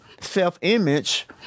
Self-image